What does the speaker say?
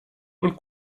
und